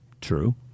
True